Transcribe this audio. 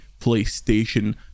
playstation